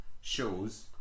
shows